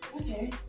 Okay